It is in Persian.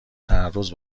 تعرض